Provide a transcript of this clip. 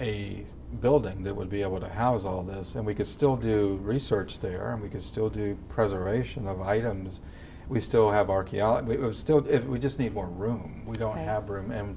a building that would be able to house all this and we could still do research there and we could still do preservation of items we still have archaeology was still if we just need more room we don't have room and